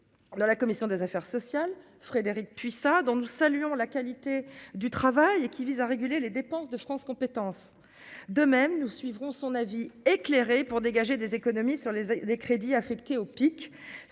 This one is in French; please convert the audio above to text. de la commission des affaires sociales, Frédérique Puissat, dont nous saluons la qualité du travail et qui vise à réguler les dépenses de France compétences de même nous suivrons son avis éclairé pour dégager des économies sur les des crédits affectés au pic,